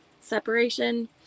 separation